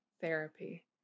therapy